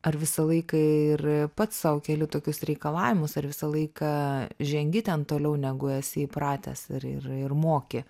ar visą laiką ir pats sau keli tokius reikalavimus ar visą laiką žengi ten toliau negu esi įpratęs ir ir ir moki